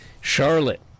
Charlotte